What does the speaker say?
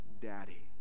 Daddy